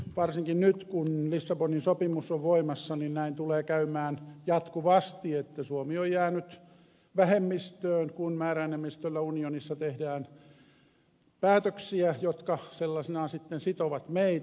varsinkin nyt kun lissabonin sopimus on voimassa niin näin tulee käymään jatkuvasti että suomi on jäänyt vähemmistöön kun määräenemmistöllä unionissa tehdään päätöksiä jotka sellaisenaan sitten sitovat meitä